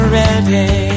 ready